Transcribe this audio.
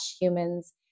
humans